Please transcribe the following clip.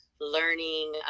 learning